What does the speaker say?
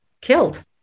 killed